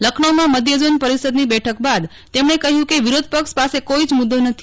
લખનઉમાં મધ્યઝોન પરિષદની બેઠક બાદ તેમણે કહ્યું કે વિરોધપક્ષ પાસે કોઇ જ મુદ્દો નથી